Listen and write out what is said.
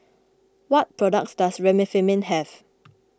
what products does Remifemin have